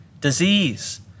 disease